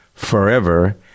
Forever